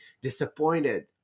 disappointed